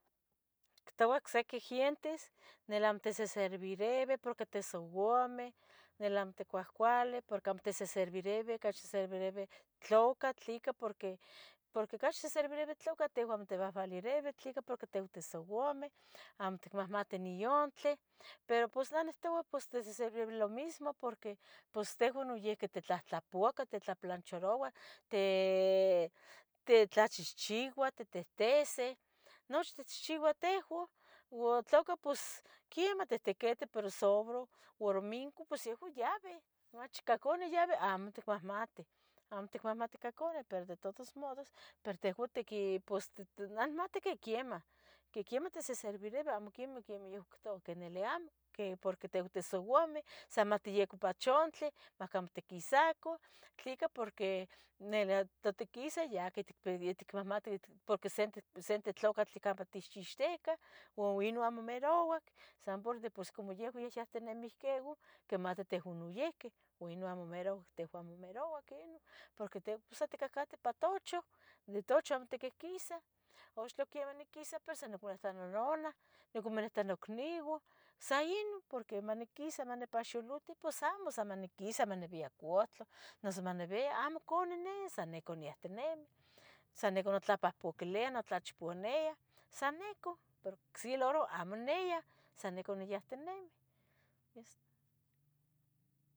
Ictouah ocsique gientes nel amo. teseserverevih, porque tesouameh. nel amo tecuahcuale, porque amo. teseserverevi, ocachi servereve. tlokatl, tlica, porque, porque. cachi serverevi tlocatl, tehvan. amo tivahvalerevih, ¿tlici?. porque tehuan tesouameh, amo itmahmati niyontli pero pos, neh nihtoua pues. pos tisesrviroua lo mismo. porque pos tehuan noyihqui. titlahtlapuacah titlaplancharoua. te- tetlachenchiuah. tetehteseh, nochtih itchiuo. tehuan ua tloca pos, quiemah. tehtequete, pero soboro, uan domingo pos yaueh yaveh. nochi ihcacon yaveh amo. ticmahmateh Amo ticmahmate ica core pero. de todos modos pero tehuan, tiqui. pos neh nihmati que quiemah. que quiemah tiseservirevi, amo. quiemeh quiemeh yehuan ictoua que. nele amo Que porque tehuan tesouameh. san mahtiyeco pachontle. mahcamo tequisaco tlica. porque, ne tatiquisah. ya que tic, ticmahmate. porque sente, sente tlocatl. campa techcixteca Uan inon amo merouac, san por, pos como. yehuan yahyahtinemih queu, quimateh. tehouan noihqui, ua ye ino amo. merouac, tehuan amo merouac inon, porque. tehuan sonticahcate ipa tochon, de tochon amo tiquehquisah Ox tlo quieman niquisa, pero soniconita. nononah nicomonita nocneuan sainon, porque. maniquisa manipaxiluti, pos amo san maniquisa. manivia cohtla, noso manivia amo con ninin. san nicon yanteneme, san necon motlapuhpaquilia. notlachponia, san necon, pero ocse loro amo niah. sanico niyahteneme. Listo